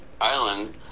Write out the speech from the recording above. island